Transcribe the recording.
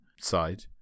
side